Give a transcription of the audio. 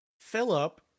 philip